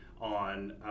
on